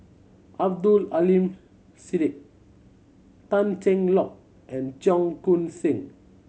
Abdul Aleem Siddique Tan Cheng Lock and Cheong Koon Seng